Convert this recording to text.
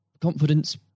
confidence